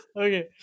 okay